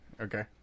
Okay